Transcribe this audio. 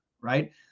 right